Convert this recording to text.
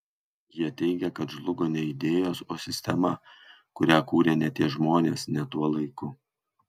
jie teigia kad žlugo ne idėjos o sistema kurią kūrė ne tie žmonės ne tuo laiku